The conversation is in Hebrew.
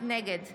נגד